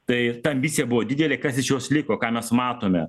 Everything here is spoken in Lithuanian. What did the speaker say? tai ta ambicija buvo didelė kas iš jos liko ką mes matome